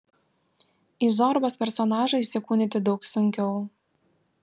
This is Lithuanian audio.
į zorbos personažą įsikūnyti daug sunkiau